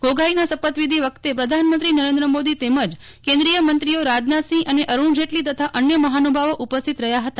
ગોગોઇના શપથવિધિ વખતે પ્રધાનમંત્રી નરેન્દ્ર મોદી તેમજ કેન્દ્રિયમંત્રીઓ રાજનાથસિંહ અને અરૂણ જેટલી તથા અન્ય મહાનુભાવો ઉપસ્થિત રહ્યા હતા